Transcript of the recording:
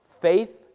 Faith